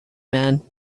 man